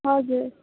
हजुर